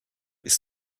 ist